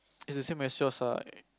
is the same as yours right